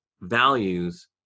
values